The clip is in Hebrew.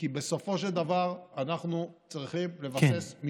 כי בסופו של דבר אנחנו צריכים לבסס, כן.